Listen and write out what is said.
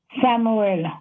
Samuel